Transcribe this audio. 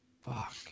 Fuck